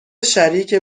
شریک